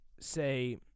say